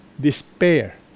despair